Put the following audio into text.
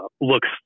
looks